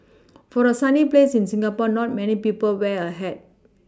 for a sunny place in Singapore not many people wear a hat